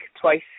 twice